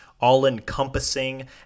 all-encompassing